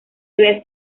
había